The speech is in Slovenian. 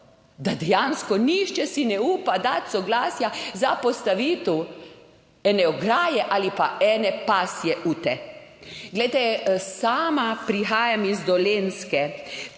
da dejansko nihče si ne upa dati soglasja za postavitev ene ograje ali pa ene pasje ute. Glejte, sama prihajam iz Dolenjske.